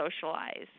socialize